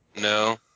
No